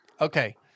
Okay